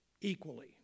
equally